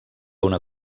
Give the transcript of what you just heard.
una